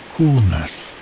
coolness